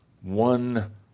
one